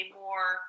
more